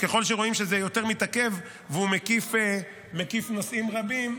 שככל שרואים שזה יותר מתעכב והוא מקיף נושאים רבים,